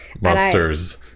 monsters